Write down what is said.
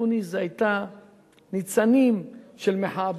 בתוניסיה היו ניצנים של מחאה,